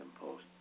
Post